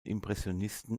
impressionisten